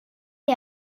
est